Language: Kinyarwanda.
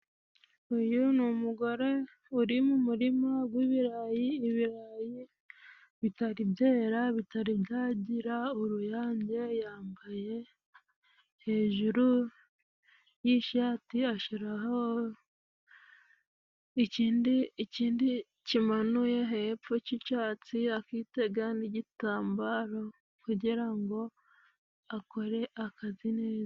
Uyu ni umugore uri mu murima w'ibirayi, ibirayi bitari byera, bitari byagira uruyange, yambaye hejuru y'ishati ashyiraho ikindi kimanuye hepfo k'icyatsi, akitega n'igitambaro kugira ngo akore akazi neza,